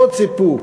לא ציפו.